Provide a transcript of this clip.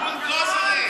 בולדוזרים.